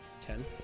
ten